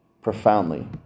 profoundly